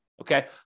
okay